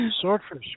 Swordfish